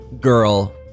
girl